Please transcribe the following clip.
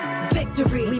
victory